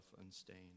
unstained